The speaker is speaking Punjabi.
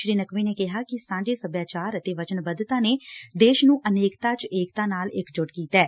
ਸ੍ਰੀ ਨਕੁਵੀ ਨੇ ਕਿਹਾ ਕਿ ਸਾਂਝੇ ਸਭਿਆਚਾਰ ਅਤੇ ਵਚਨਬੱਧਤਾ ਨੇ ਦੇਸ਼ ਨੂੰ ਅਨੇਕਤਾ ਚ ਏਕਤਾ ਨਾਲ ਇਕ ਜੁੱਟ ਕੀਤੈ